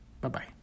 Bye-bye